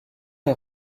est